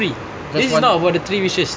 free it's not about the three wishes